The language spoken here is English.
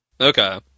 Okay